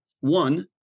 One